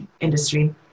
industry